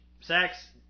sex